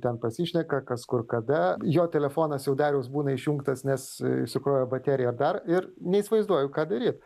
ten pasišneka kas kur kada jo telefonas jau dariaus būna išjungtas nes išsikrovė baterija dar ir neįsivaizduoju ką daryt